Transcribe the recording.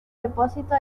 depósito